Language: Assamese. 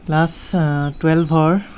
ক্লাছ টোৱেলভৰ